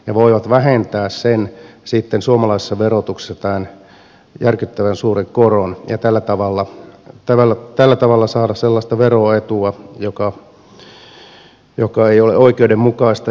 ne voivat vähentää sitten suomalaisessa verotuksessa tämän järkyttävän suuren koron ja tällä tavalla saada sellaista veroetua joka ei ole oikeudenmukaista